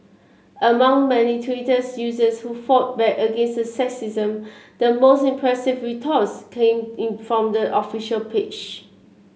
among many Twitter's users who fought back against the sexism the most impressive retorts came in from the official page